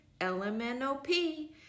L-M-N-O-P